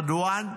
רדואן,